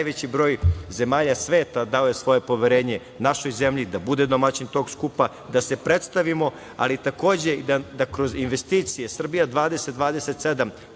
najveći broj zemalja sveta dao je svoje poverenje našoj zemlji da bude domaćin tog skupa, da se predstavimo, ali takođe da kroz investicije Srbija 2027